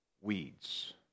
Weeds